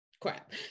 crap